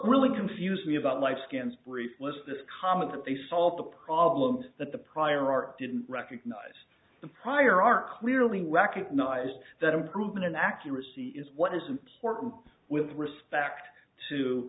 really confused me about life scans brief was this comment that they solve the problems that the prior art didn't recognize the prior art clearly recognized that improvement and accuracy is what is important with respect